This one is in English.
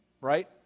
Right